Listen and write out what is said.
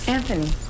Anthony